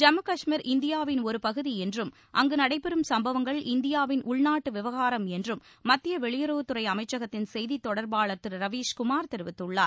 ஜம்மு கஷ்மீர் இந்தியாவின் ஒருபகுதி என்றும் அங்கு நடைபெறும் சம்பவங்கள் இந்தியாவின் உள்நாட்டு விவகாரம் என்றும் மத்திய வெளியுறவுத்துறை அமைச்சகத்தின் செய்தி தொடர்பாளர் திரு ரவீஷ்குமார் தெரிவித்துள்ளார்